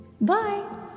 Bye